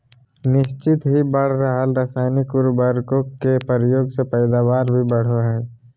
निह्चित ही बढ़ रहल रासायनिक उर्वरक के प्रयोग से पैदावार भी बढ़ो हइ